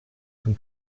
zum